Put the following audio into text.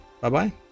bye-bye